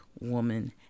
woman